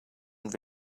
and